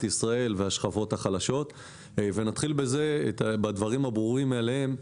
ישראל והשכבות החלשות ונתחיל בדברים הברורים מאליהם.